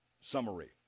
summary